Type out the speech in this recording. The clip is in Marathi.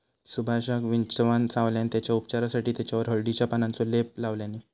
सुभाषका विंचवान चावल्यान तेच्या उपचारासाठी तेच्यावर हळदीच्या पानांचो लेप लावल्यानी